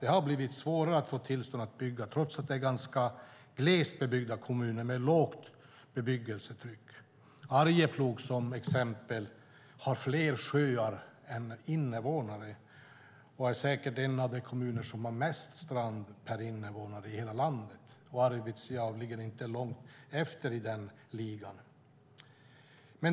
Det har blivit svårare att få tillstånd att bygga, trots att det är ganska glest bebyggda kommuner med lågt bebyggelsetryck. Arjeplog har till exempel fler sjöar än invånare och är säkert en av de kommuner i hela landet som har mest strand per invånare. Arvidsjaur ligger inte långt efter i den ligan.